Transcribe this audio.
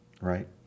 right